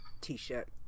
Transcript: T-shirt